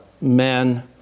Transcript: men